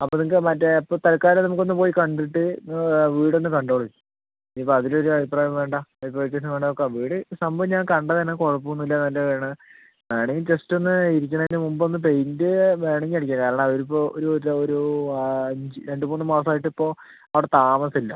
അപ്പം നിങ്ങക്ക് മറ്റെ ഇപ്പം തൽക്കാലം നമ്മക്ക് ഒന്ന് പോയി കണ്ടിട്ട് വീട് ഒന്ന് കണ്ടോളൂ ഇനി ഇപ്പം അതിൽ ഒര് അഭിപ്രായം വേണ്ട ഇപ്പം രജിസ്ട്രേഷൻ വേണ്ടാന്ന് വെക്കാം വീട് സംഭവം ഞാൻ കണ്ടത് ആണ് കുഴപ്പം ഒന്നും ഇല്ല നല്ലത് ആണ് വേണെൽ ജസ്റ്റ് ഒന്ന് ഇരിക്കണേന് മുമ്പ് ഒന്ന് പെയിൻറ്റ് വേണമെങ്കിൽ അടിക്കാം കാരണം അവര് ഇപ്പം ഒരു ചുമരും അഞ്ച് രണ്ട് മൂന്ന് മാസം ആയിട്ട് ഇപ്പം അവിടെ താമസം ഇല്ല